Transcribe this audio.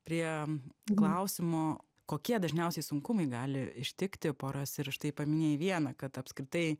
prie klausimo kokie dažniausiai sunkumai gali ištikti poras ir štai paminėjai vieną kad apskritai